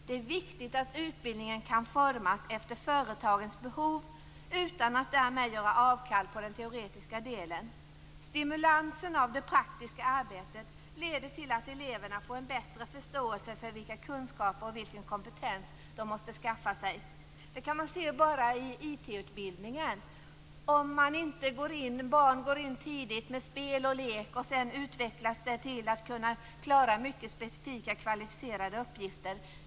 Det är viktigt att utbildningen kan formas efter företagens behov utan att därmed göra avkall på den teoretiska delen. Stimulansen av det praktiska arbetet leder till att eleverna får en bättre förståelse för de kunskaper och den kompetens som de måste skaffa sig. Detta kan man se bara i IT-utbildningen. Barn går tidigt in med spel och lek och utvecklas sedan till att klara mycket specifika kvalificerade uppgifter.